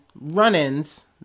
run-ins